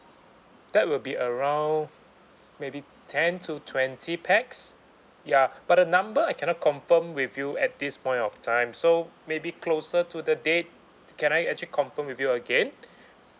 that will be around maybe ten to twenty pax ya but the number I cannot confirm with you at this point of time so maybe closer to the date can I actually confirm with you again